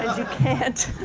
you can't.